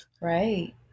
Right